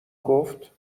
گفت